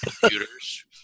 computers